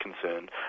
concerned